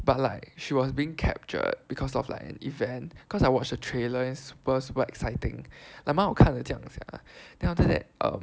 but like she was being captured because of like an event cause I watched the trailer is super super exciting like 蛮好看的这样 is like then after that um